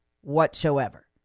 whatsoever